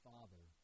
Father